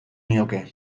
nioke